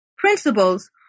principles